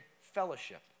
fellowship